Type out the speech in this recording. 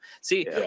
See